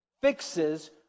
fixes